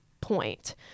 point